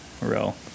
real